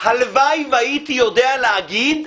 הלוואי שהייתי יודע לומר,